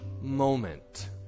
moment